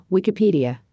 Wikipedia